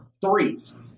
threes